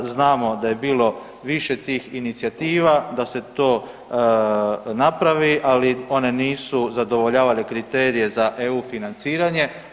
Znamo da je bilo više tih inicijativa, da se to napravi, ali one nisu zadovoljavale kriterije za EU financiranje.